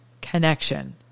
connection